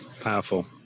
Powerful